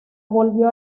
volvió